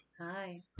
Hi